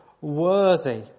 worthy